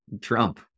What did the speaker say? Trump